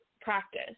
practice